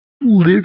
live